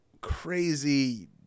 crazy